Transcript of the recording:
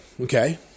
okay